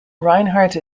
reinhardt